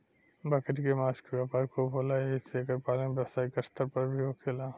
बकरी के मांस के व्यापार खूब होला एही से एकर पालन व्यवसायिक स्तर पर भी होखेला